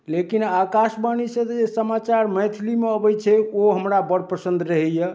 लेकिन आकाशवाणीसँ जे समाचार मैथिलीमे अबै छै ओ हमरा बड़ पसन्द रहैया